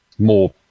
more